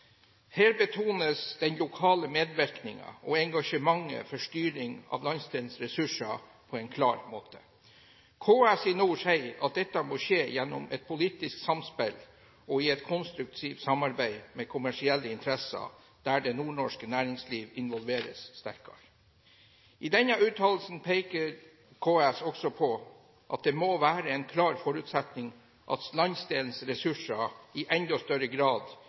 Her betones den lokale medvirkningen og engasjementet for styring av landsdelens ressurser på en klar måte. KS i nord sier at dette må skje gjennom et politisk samspill og i et konstruktivt samarbeid med kommersielle interesser, der det nordnorske næringsliv involveres sterkere. I denne uttalelsen peker KS også på at det må være en klar forutsetning at landsdelens ressurser i enda større grad